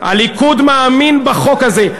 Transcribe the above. הליכוד מאמין בחוק הזה.